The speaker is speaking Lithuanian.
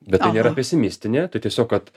bet tai nėra pesimistinė tai tiesiog kad